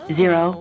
zero